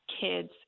kids